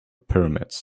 pyramids